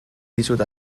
dizut